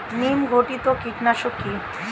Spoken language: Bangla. নিম ঘটিত কীটনাশক কি?